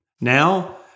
Now